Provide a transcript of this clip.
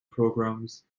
programmes